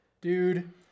Dude